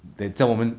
that 叫我们